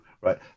right